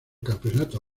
campeonato